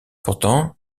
pourtant